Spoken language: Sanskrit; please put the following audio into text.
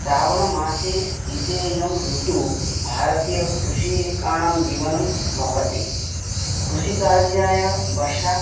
श्रावणमासे स्थितेऽयं ऋतुः भारतीयकृषिकाणां जीवनं भवति कृषिकार्याय वर्षा